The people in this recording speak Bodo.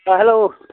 ओ हेलौ